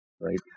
right